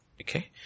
Okay